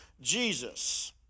Jesus